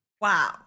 Wow